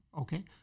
okay